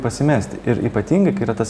pasimesti ir ypatingai kai yra tas